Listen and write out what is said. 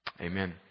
Amen